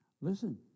Listen